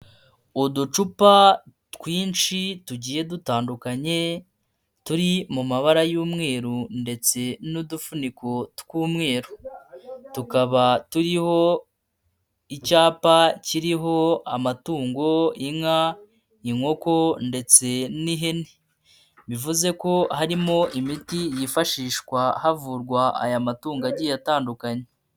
Uducupa twinshi tugiye dutandukanye turi mu mabara y'umweru ndetse n'udufuniko tw'umweru, tukaba turiho icyapa kiriho amatungo: inka, inkoko ndetse n'ihene, bivuze ko harimo imiti yifashishwa havurwa aya matungo agiye atandukanye.